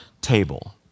table